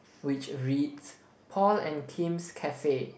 which reads Paul and Kim's cafe